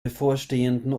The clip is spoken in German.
bevorstehenden